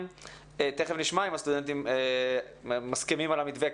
תכף נשמע אם הסטודנטים מסכימים על המתווה,